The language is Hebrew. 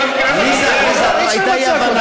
עליזה, עליזה, הייתה אי-הבנה.